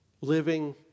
living